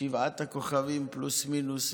שבעת הכוכבים פלוס-מינוס,